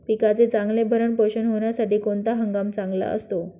पिकाचे चांगले भरण पोषण होण्यासाठी कोणता हंगाम चांगला असतो?